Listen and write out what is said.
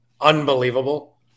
unbelievable